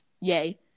Yay